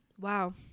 Wow